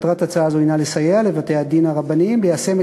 מטרת הצעה זו היא לסייע לבתי-הדין הרבניים ליישם